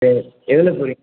சரி எதில் போகிறீங்